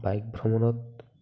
bike ভ্ৰমণত